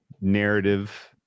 narrative